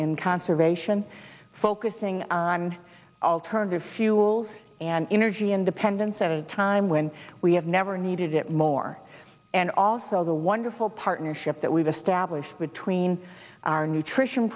and conservation focusing on alternative fuels and energy independence at a time when we have never needed it more and also the wonderful partnership that we've established between our nutrition